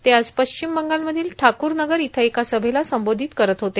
ते आज पश्चिम बंगालमधील ठाकूर नगर इथं एका सभेला संबोधित करत होते